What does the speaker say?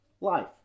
life